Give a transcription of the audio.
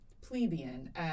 plebeian